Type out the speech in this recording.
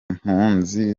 mpunzi